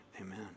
amen